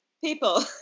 people